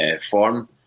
form